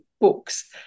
books